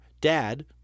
dad